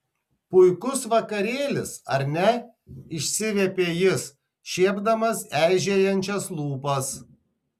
puikus vakarėlis ar ne išsiviepė jis šiepdamas eižėjančias lūpas